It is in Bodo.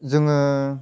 जोङो